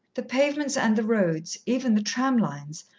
the pavements and the road, even the tram-lines,